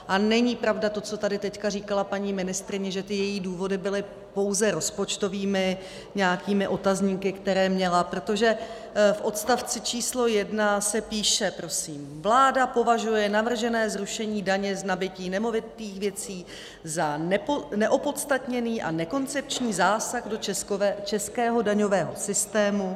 A není pravda to, co tady teď říkala paní ministryně, že její důvody byly pouze rozpočtovými nějakými otazníky, které měla, protože v odstavci číslo 1 se prosím píše: Vláda považuje navržené zrušení daně z nabytí nemovitých věcí za neopodstatněný a nekoncepční zásah do českého daňového systému.